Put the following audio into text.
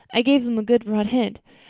i gave him a good broad hint.